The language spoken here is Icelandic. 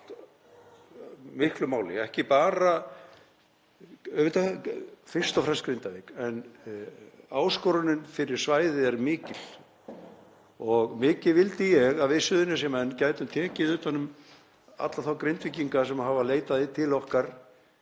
miklu máli, auðvitað fyrst og fremst Grindavík en áskorunin fyrir svæðið er mikil og mikið vildi ég að við Suðurnesjamenn gætum tekið utan um alla þá Grindvíkinga sem hafa leitað til okkar